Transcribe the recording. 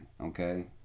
okay